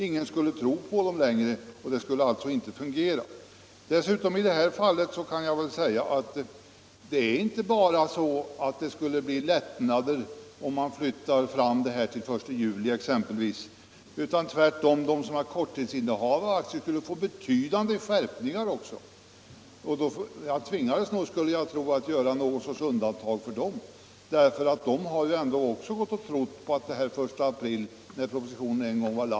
Ingen skulle längre tro på dem, och det skulle inte fungera som planerat. Dessutom skulle det inte bara bli lättnader, om man flyttade ikraft Nr 140 trädandet till exempelvis den 1 juli. Tvärtom skulle korttidsinnehavare Fredagen den av aktier få betydande skärpningar. Jag skulle tro att man då tvingades 28 maj 1976 göra något slags undantag för dem. Också de har sedan propositionen = Lo en gång framlagts utgått från ett ikraftträdande den 1 april.